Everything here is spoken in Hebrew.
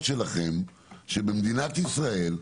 לכמויות הבדיקות שצריך במדינת ישראל?